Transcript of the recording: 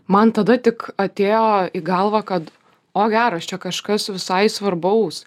man tada tik atėjo į galvą kad o geras čia kažkas visai svarbaus